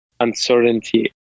uncertainty